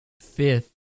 fifth